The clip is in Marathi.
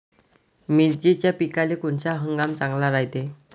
मिर्चीच्या पिकाले कोनता हंगाम चांगला रायते?